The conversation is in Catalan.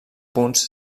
punts